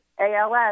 ALS